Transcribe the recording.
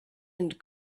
and